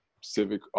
civic